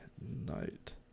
night